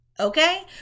Okay